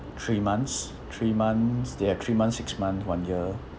three months three months they have three months six month one year